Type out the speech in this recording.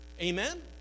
Amen